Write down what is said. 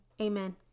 amen